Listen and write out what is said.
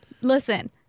Listen